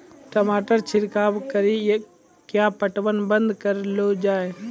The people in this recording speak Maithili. टमाटर छिड़काव कड़ी क्या पटवन बंद करऽ लो जाए?